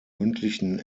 mündlichen